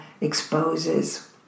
exposes